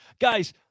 guys